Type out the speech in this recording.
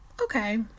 okay